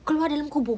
keluar dalam kubur